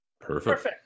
Perfect